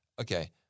okay